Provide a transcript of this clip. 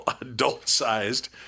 adult-sized